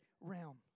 realm